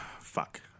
Fuck